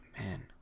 Man